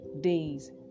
days